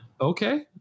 Okay